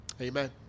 Amen